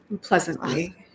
pleasantly